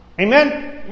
Amen